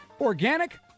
Organic